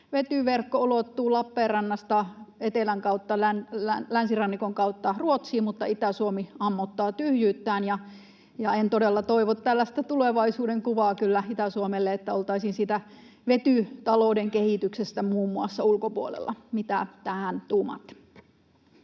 vetyverkko ulottuu Lappeenrannasta etelän ja länsirannikon kautta Ruotsiin, mutta Itä-Suomi ammottaa tyhjyyttään. En todella toivo tällaista tulevaisuudenkuvaa kyllä Itä-Suomelle, että oltaisiin muun muassa siitä vetytalouden kehityksestä ulkopuolella. Mitä tähän tuumaatte?